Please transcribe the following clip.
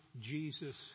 Jesus